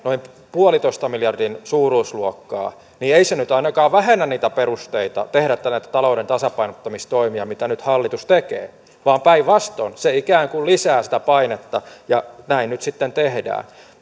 pilkku viiden miljardin suuruusluokkaa niin ei se nyt ainakaan vähennä niitä perusteita tehdä näitä talouden tasapainottamistoimia mitä nyt hallitus tekee vaan päinvastoin se ikään kuin lisää sitä painetta ja näin nyt sitten tehdään